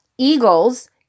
eagles